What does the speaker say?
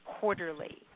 quarterly